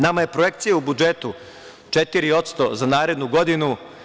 Nama je projekcija u budžetu 4% za narednu godinu.